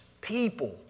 people